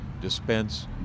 dispense